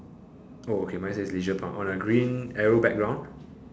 oh okay mine says leisure park on a green arrow background